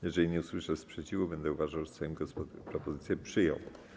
Jeżeli nie usłyszę sprzeciwu, będę uważał, że Sejm propozycję przyjął.